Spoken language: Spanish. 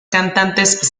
cantantes